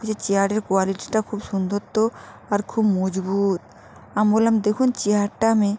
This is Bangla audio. যে চেয়ারের কোয়ালিটিটা খুব সুন্দর তো আর খুব মজবুত আমি বললাম দেখুন চেয়ারটা আমি